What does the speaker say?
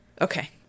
Okay